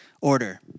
order